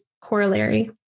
corollary